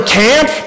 camp